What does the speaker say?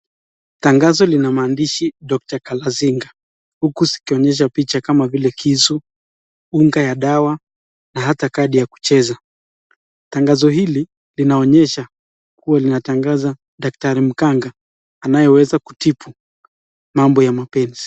Tangazo lina maandishi Dr Galazinga huku zikionyesha picha kama vile kisu, unga ya dawa na hata kadi ya kucheza, tangazo hili linaonyesha kuwa linatangaza daktari mganga anayeweza kutibu mambo ya mapenzi.